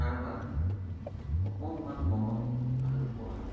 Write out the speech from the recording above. কাৰোবাৰ অকণমান মৰম ভালপোৱা